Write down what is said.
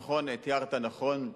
נכון, תיארת נכון,